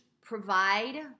provide